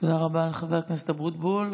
תודה רבה לחבר הכנסת אבוטבול.